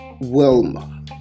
Wilma